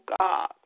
God